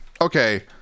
okay